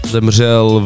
Zemřel